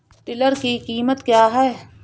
Tiller की कीमत क्या है?